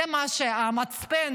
זה המצפן